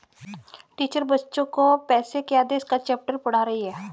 teacher बच्चो को पैसे के आदेश का चैप्टर पढ़ा रही हैं